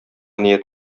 ният